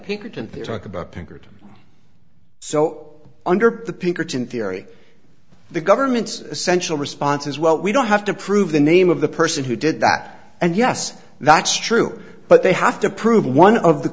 pinkerton they talk about pinkerton so under the pinkerton theory the government's essential response is well we don't have to prove the name of the person who did that and yes that's true but they have to prove one of the